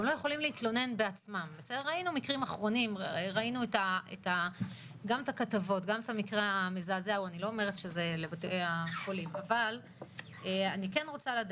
1. בשנת 2021 יפחת מהתשלום של קופת החולים לבית החולים הציבורי הכללי